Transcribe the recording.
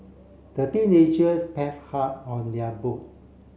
the teenagers pad hard on their boat